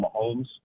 Mahomes